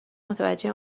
متوجه